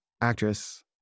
actress